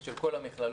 של כל המכללות,